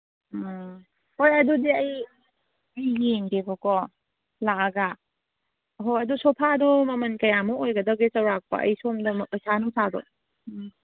ꯑꯣ ꯍꯣꯏ ꯑꯗꯨꯗꯤ ꯑꯩ ꯑꯝꯇ ꯌꯦꯡꯒꯦꯕꯀꯣ ꯂꯥꯛꯑꯒ ꯍꯣꯏ ꯑꯗꯣ ꯁꯣꯐꯥꯗꯣ ꯃꯃꯟ ꯀꯌꯥꯃꯨꯛ ꯑꯣꯏꯒꯗꯒꯦ ꯆꯧꯔꯥꯛꯄ ꯑꯩ ꯁꯣꯝꯗ ꯄꯩꯁꯥ ꯅꯨꯡꯁꯥꯗꯣ